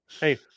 Hey